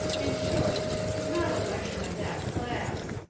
in short, is not a lecture of that class.